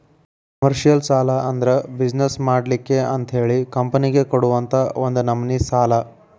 commercial ಸಾಲಾ ಅಂದ್ರ business ಮಾಡ್ಲಿಕ್ಕೆ ಅಂತಹೇಳಿ ಕಂಪನಿಗಳಿಗೆ ಕೊಡುವಂತಾ ಒಂದ ನಮ್ನಿ ಸಾಲಾ